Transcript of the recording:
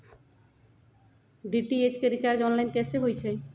DTH के recharge online कैसे होईछई?